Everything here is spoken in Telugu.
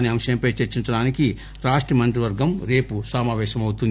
అసే అంశంపై చర్చించడానికి రాష్ట మంత్రి వర్గం రేపు సమాపేశమవుతోంది